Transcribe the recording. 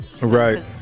Right